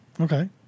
Okay